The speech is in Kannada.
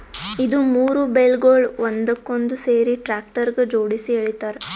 ಇದು ಮೂರು ಬೇಲ್ಗೊಳ್ ಒಂದಕ್ಕೊಂದು ಸೇರಿಸಿ ಟ್ರ್ಯಾಕ್ಟರ್ಗ ಜೋಡುಸಿ ಎಳಿತಾರ್